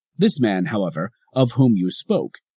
this man, however, of whom you spoke,